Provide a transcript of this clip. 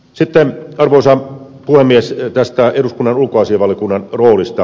sitten arvoisa puhemies eduskunnan ulkoasiainvaliokunnan roolista